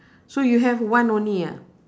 so you have one only ah